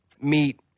meet